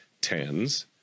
tens